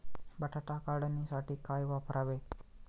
बटाटा काढणीसाठी काय वापरावे?